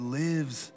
lives